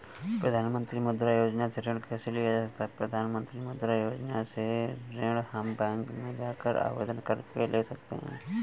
प्रधानमंत्री मुद्रा योजना से ऋण कैसे लिया जा सकता है?